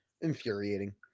infuriating